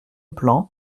plan